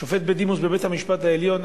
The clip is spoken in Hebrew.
שופט בדימוס בבית-המשפט העליון,